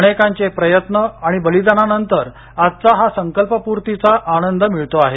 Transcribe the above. अनेकांचे प्रयत्न आणि बलिदानानंतर आज हा संकल्पपूर्तीचा आनंद मिळतो आहे